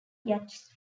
yachts